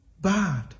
bad